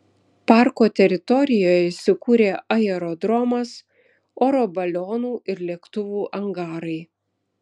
parko teritorijoje įsikūrė aerodromas oro balionų ir lėktuvų angarai